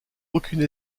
aucune